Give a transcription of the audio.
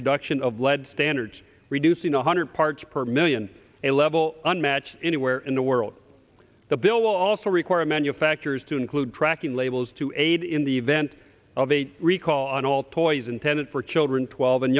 reduction of lead standards reducing one hundred parts per million a level unmatched anywhere in the world the bill will also require manufacturers to include tracking labels to aid in the event of a recall on all toys intended for children twelve and